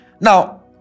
Now